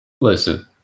Listen